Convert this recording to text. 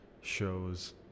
shows